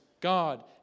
god